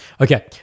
Okay